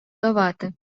давати